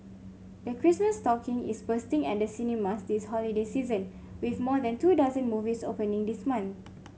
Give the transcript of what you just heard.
the Christmas stocking is bursting at the cinemas this holiday season with more than two dozen movies opening this month